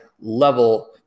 level